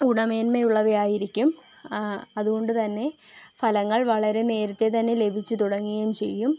ഗുണ മേന്മ ഉള്ളവയായിരിക്കും ആ അത് കൊണ്ട് തന്നെ ഫലങ്ങൾ വളരെ നേരത്തെ തന്നെ ലഭിച്ച് തുടങ്ങയും ചെയ്യും